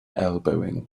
elbowing